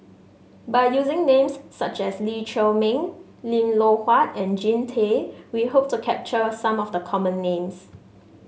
by using names such as Lee Chiaw Meng Lim Loh Huat and Jean Tay we hope to capture some of the common names